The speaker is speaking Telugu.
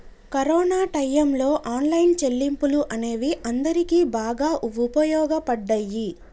కరోనా టైయ్యంలో ఆన్లైన్ చెల్లింపులు అనేవి అందరికీ బాగా వుపయోగపడ్డయ్యి